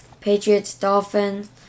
Patriots-Dolphins